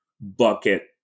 bucket